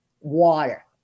water